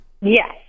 Yes